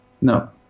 No